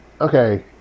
okay